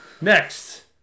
Next